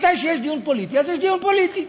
כשיש דיון פוליטי אז יש דיון פוליטי,